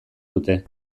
dute